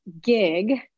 gig